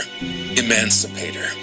Emancipator